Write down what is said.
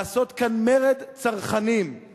לעשות כאן מרד צרכנים,